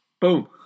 Boom